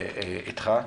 ואיתך.